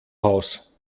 haus